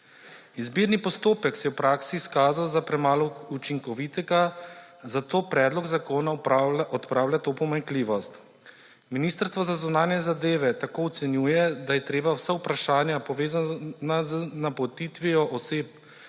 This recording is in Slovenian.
Izbirni postopek se je v praksi izkazal za premalo učinkovitega, zato predlog zakona odpravlja to pomanjkljivost. Ministrstvo za zunanje zadeve tako ocenjuje, da je treba vsa vprašanja, povezana z napotitvijo oseb,